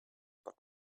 but